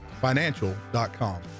financial.com